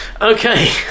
Okay